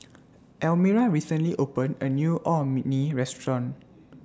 Elmira recently opened A New Orh Me Nee Restaurant